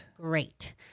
Great